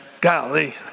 Golly